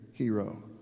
hero